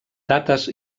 dates